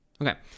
Okay